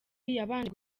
yabanje